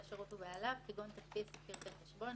יראו את הדרישה לאי קיום בעלים נוספים בחשבון